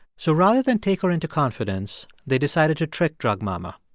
so rather than take her into confidence, they decided to trek drug mama.